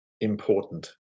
important